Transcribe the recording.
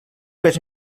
pes